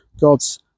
God's